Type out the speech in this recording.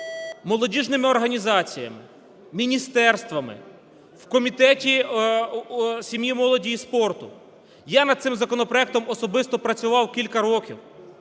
молодіжними організаціями, міністерствами, в Комітеті сім'ї, молоді і спорту. Я над цим законопроектом особисто працював кілька років.